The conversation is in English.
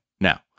Now